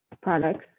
products